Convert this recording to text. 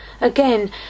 Again